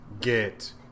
get